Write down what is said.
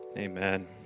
amen